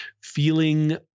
feeling